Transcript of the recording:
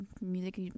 music